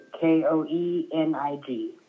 K-O-E-N-I-G